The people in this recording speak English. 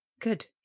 Good